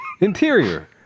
Interior